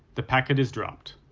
the packet is dropped.